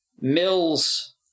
Mill's